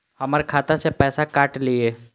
हमर खाता से पैसा काट लिए?